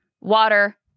water